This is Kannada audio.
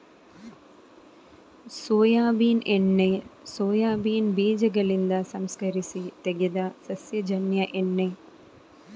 ಸೋಯಾಬೀನ್ ಎಣ್ಣೆ ಸೋಯಾಬೀನ್ ಬೀಜಗಳಿಂದ ಸಂಸ್ಕರಿಸಿ ತೆಗೆದ ಸಸ್ಯಜನ್ಯ ಎಣ್ಣೆ